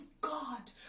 God